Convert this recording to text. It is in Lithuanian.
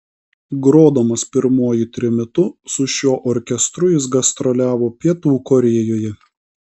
grodamas pirmuoju trimitu su šiuo orkestru jis gastroliavo pietų korėjoje